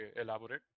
elaborate